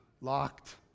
locked